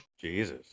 Jesus